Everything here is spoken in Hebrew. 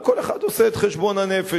וכל אחד עושה את חשבון הנפש.